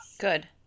Good